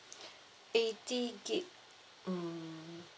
eighty gig um